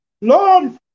Lord